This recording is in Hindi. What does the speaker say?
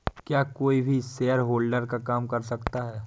क्या कोई भी शेयरहोल्डर का काम कर सकता है?